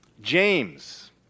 James